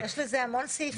זה יפה מאוד,